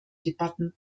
debatten